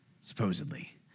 supposedly